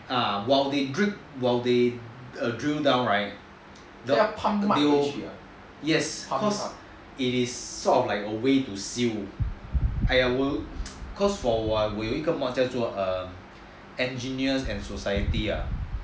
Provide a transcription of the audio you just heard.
ah while they drip while they drill down right they will cause it is like sort of a way to seal !aiya! 我 cause for 我我有一个 mod 叫做 err engineers and society ah